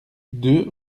deux